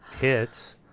hits